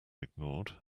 ignored